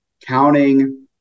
counting